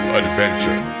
adventure